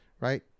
right